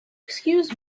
excuse